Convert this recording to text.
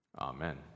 amen